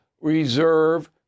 reserve